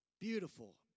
Beautiful